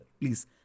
please